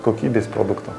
kokybės produkto